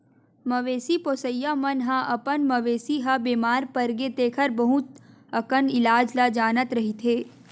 मवेशी पोसइया मन ह अपन मवेशी ह बेमार परगे तेखर बहुत अकन इलाज ल जानत रहिथे